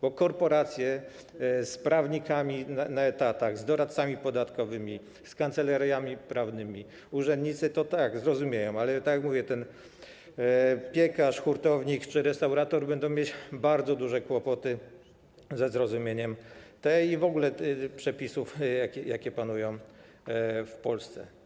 Bo korporacje z prawnikami na etatach, z doradcami podatkowymi, z kancelariami prawnymi, urzędnicy zrozumieją to, ale, tak jak mówię, piekarz, hurtownik czy restaurator będą mieć bardzo duże kłopoty ze zrozumieniem tej ustawy i w ogóle przepisów, które obowiązują w Polsce.